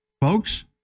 folks